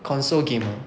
console gamer